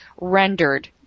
rendered